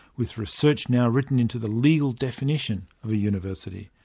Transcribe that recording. with research now written into the legal definition of a university.